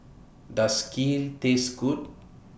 Does Kheer Taste Good